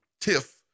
tiff